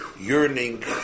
yearning